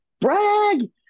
brag